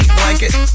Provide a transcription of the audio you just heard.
blanket